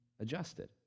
adjusted